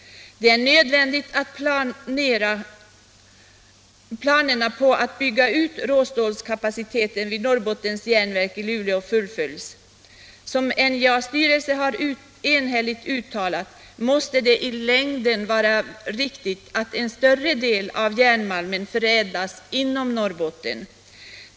Det är nödvändigt att planerna på att bygga ut råstålskapaciteten vid Norrbottens Järnverk i Luleå fullföljs. Som NJA:s styrelse enhälligt har uttalat måste det i längden vara riktigt att en större del av järnmalmen förädlas inom Norrbotten.